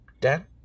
Dan